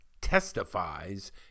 testifies